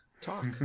Talk